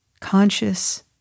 conscious